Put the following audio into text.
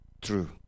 true